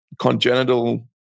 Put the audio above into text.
congenital